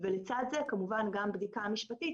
ולצד זה כמובן גם בדיקה משפטית,